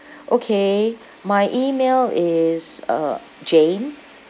okay my email is uh jane